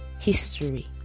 History